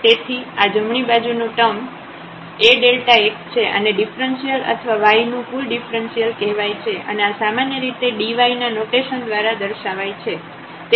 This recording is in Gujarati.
તેથી આ જમણી બાજુ નું ટર્મ AΔx છે આને ડિફ્રન્સિયલ અથવા y નું કુલ ડિફ્રન્સિયલ કહેવાય છે અને આ સામાન્ય રીતે dy ના નોટેશન દ્વારા દર્શાવાય છે